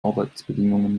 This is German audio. arbeitsbedingungen